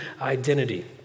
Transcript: identity